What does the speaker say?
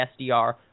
SDR